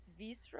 Visra